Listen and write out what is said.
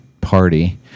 party